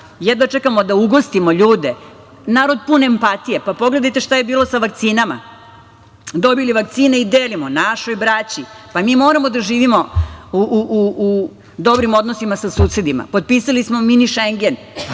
Jedva čekamo da ugostimo ljude. Narod pun empatije. Pogledajte šta je bilo sa vakcinama. Dobili vakcine i delimo našoj braći. Mi moramo da živimo u dobrim odnosima sa susedima. Potpisali smo Mini šengen,